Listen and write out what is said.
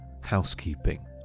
housekeeping